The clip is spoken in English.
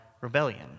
rebellion